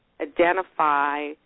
identify